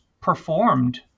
performed